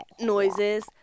noises